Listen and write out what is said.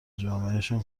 جامعهشان